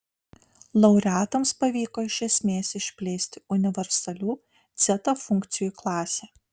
laureatams pavyko iš esmės išplėsti universalių dzeta funkcijų klasę